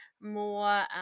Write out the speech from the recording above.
more